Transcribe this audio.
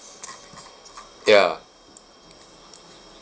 ya